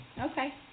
Okay